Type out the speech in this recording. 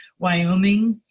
wyoming,